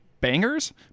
bangers